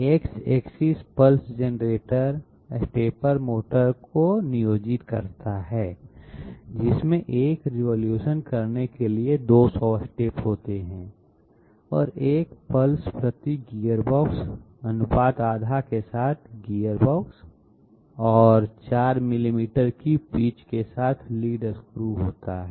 X axis pulse generator stepper motor को नियोजित करता है जिसमें एक रिवॉल्यूशन करने के लिए 200 स्टेप होते हैं और एक पल्स प्रति गियरबॉक्स अनुपात आधा के साथ गियरबॉक्स और 4 मिलीमीटर की पिच के साथ लीड स्क्रू होता है